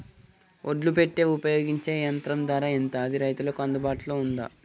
ఒడ్లు పెట్టే ఉపయోగించే యంత్రం ధర ఎంత అది రైతులకు అందుబాటులో ఉందా?